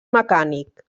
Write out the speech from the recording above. mecànic